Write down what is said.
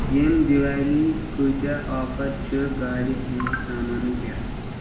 ییٚمہِ دیوالی کۭتیاہ آفر چھِ گاڑِ ہِنٛدٮ۪ن سامانن پٮ۪ٹھ؟